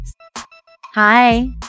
Hi